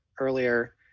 earlier